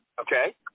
okay